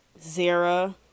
Zara